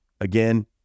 again